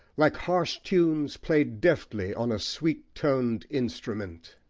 like harsh tunes played deftly on a sweet-toned instrument.